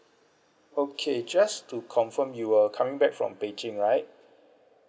okay just to confirm you were coming back from beijing right